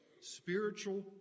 Spiritual